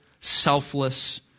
selfless